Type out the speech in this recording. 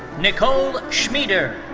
nicole schmieder.